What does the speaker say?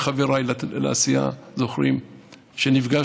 בטח חבריי לסיעה זוכרים שנפגשנו